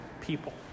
people